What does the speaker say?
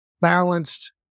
balanced